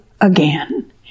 again